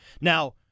Now